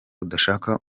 udashaka